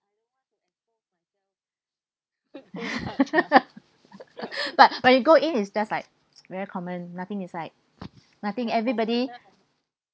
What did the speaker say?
but but you go in is just like very common nothing is like nothing everybody